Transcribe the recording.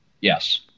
Yes